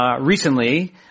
recently